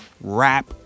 rap